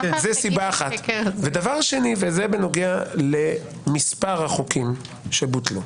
דבר שני, וזה בנוגע למספר החוקים שבוטלו.